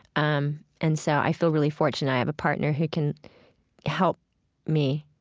um and so i feel really fortunate i have a partner who can help me,